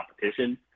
competition